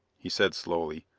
he said slowly,